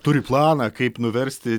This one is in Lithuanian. turi planą kaip nuversti